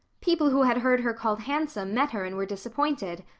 people who had heard her called handsome met her and were disappointed.